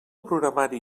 programari